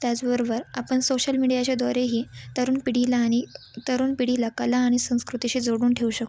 त्याचबरोबर आपण सोशल मीडियाच्याद्वारेही तरुण पिढीला आणि तरुण पिढीला कला आणि संस्कृतीशी जोडून ठेवू शकतो